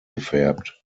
gefärbt